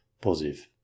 Positive